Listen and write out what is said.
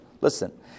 listen